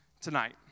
tonight